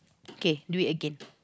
okay do it again